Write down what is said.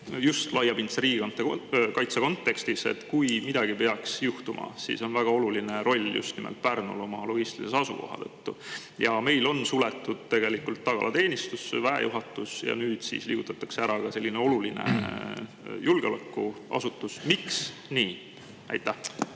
just laiapindse riigikaitse kontekstis, et kui midagi peaks juhtuma, siis on väga oluline roll just nimelt Pärnul, tema logistilise asukoha tõttu. Meil on suletud tagalateenistus ja väejuhatus ning nüüd siis liigutatakse ära ka selline oluline julgeolekuasutus. Miks nii? Aitäh